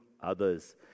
others